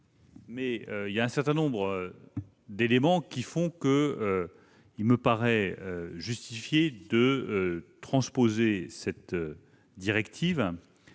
mais un certain nombre d'éléments font qu'il me paraît justifié de transposer cette directive,